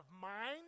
mind